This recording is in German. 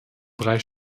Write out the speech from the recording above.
drei